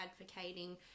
advocating –